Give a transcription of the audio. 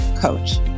coach